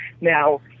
Now